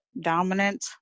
dominant